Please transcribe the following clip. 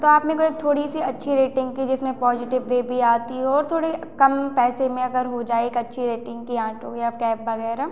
तो आप मेरे को एक थोड़ी सी अच्छी रेटिंग की जिसमें पॉजिटिव वेब भी आती हो और थोड़े कम पैसे में अगर हो जाए एक अच्छी रेटिंग की आंट हो गया अब कैब वगैरह